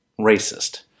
racist